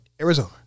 Arizona